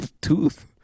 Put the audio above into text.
tooth